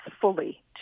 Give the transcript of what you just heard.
fully